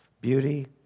beauty